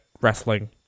wrestling